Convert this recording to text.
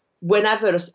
whenever